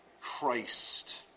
Christ